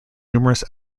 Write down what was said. numerous